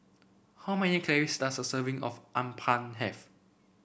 how many calories does a serving of Appam have